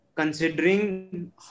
Considering